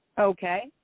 Okay